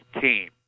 team